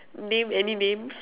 name any names